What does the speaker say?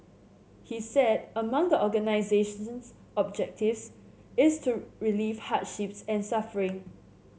he said among the organisation's objectives is to relieve hardships and suffering